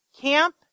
Camp